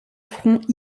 front